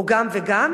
או גם וגם,